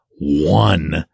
one